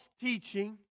teaching